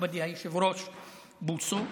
מכובדי היושב-ראש בוסו,